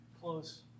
Close